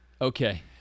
Okay